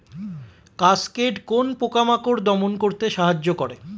Cascade কোন পোকা মাকড় দমন করতে সাহায্য করে?